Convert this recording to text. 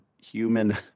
human